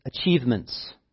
achievements